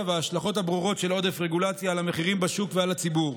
וההשלכות הברורות של עודף רגולציה על המחירים בשוק ועל הציבור.